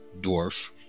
dwarf